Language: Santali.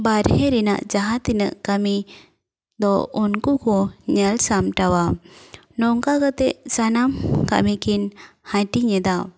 ᱵᱟᱨᱦᱮ ᱨᱮᱱᱟᱜ ᱡᱟᱦᱟᱸ ᱛᱤᱱᱟᱹᱜ ᱠᱟᱹᱢᱤ ᱫᱚ ᱩᱱᱠᱩ ᱠᱚ ᱧᱮᱞ ᱥᱟᱢᱴᱟᱣᱟ ᱱᱚᱝᱠᱟ ᱠᱟᱛᱮᱫ ᱥᱟᱱᱟᱢ ᱠᱟᱹᱢᱤ ᱠᱤᱱ ᱦᱟᱹᱴᱤᱧ ᱮᱫᱟ